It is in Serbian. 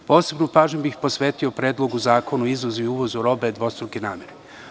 Posebnu pažnju bih posvetio Predlogu zakona o izvozu i uvozu robe dvostruke namene.